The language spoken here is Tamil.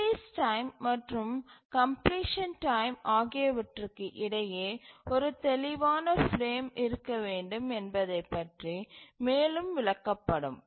ரிலீஸ் டைம் மற்றும் கம்ப்லிசன் டைம் ஆகியவற்றுக்கு இடையே ஒரு தெளிவான பிரேம் இருக்க வேண்டும் என்பதை பற்றி மேலும் விளக்கப்படும்